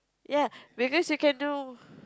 ya because you can do